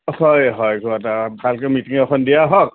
হয় হয় ভালকৈ মিটিং এখন দিয়া হওক